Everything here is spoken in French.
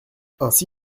ainsi